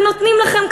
ונותנים לכם,